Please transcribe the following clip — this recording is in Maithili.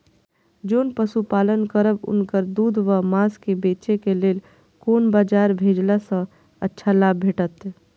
जोन पशु पालन करब उनकर दूध व माँस के बेचे के लेल कोन बाजार भेजला सँ अच्छा लाभ भेटैत?